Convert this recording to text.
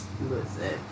Listen